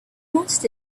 wanted